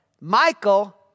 Michael